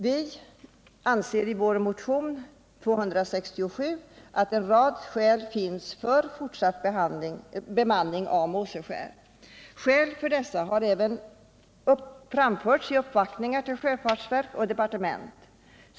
Vi anser i vår motion nr 267 att en rad skäl finns för fortsatt bemanning av Måseskär. Detta har även framförts i uppvaktningar till sjöfartsverk och departement.